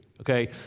okay